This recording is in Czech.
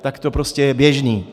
Tak je to prostě běžný.